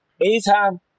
Anytime